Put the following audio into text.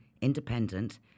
independent